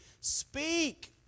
speak